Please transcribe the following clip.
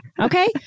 Okay